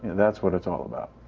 that's what it's all about.